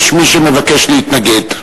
יש מי שמבקש להתנגד.